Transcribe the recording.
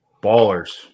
Ballers